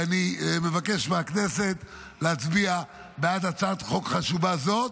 ואני מבקש מהכנסת להצביע בעד הצעת חוק חשובה זו,